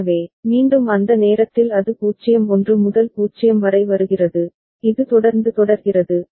எனவே மீண்டும் அந்த நேரத்தில் அது 0 1 முதல் 0 வரை வருகிறது இது தொடர்ந்து தொடர்கிறது